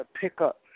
pickup